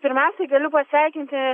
pirmiausiai galiu pasveikinti